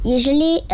Usually